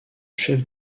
chef